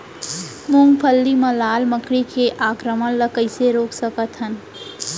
मूंगफली मा लाल मकड़ी के आक्रमण ला कइसे रोक सकत हन?